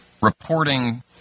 reporting